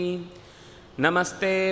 Namaste